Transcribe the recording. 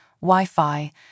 Wi-Fi